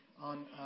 on